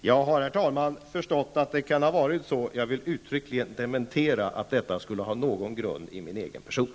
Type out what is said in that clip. Herr talman! Jag har förstått att det kan ha varit så, och jag vill uttryckligen dementera att detta skulle ha någon grund i min egen person.